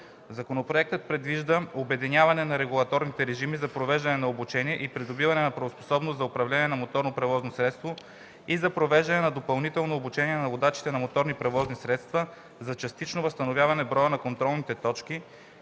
Законопроектът предвижда обединяване на регулаторните режими за провеждане на обучение за придобиване на правоспособност за управление на моторно превозно средство и за провеждане на допълнително обучение на водачите на моторни превозни средства за частично възстановяване броя на контролните точки,